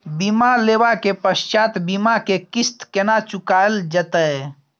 बीमा लेबा के पश्चात बीमा के किस्त केना चुकायल जेतै?